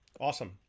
Awesome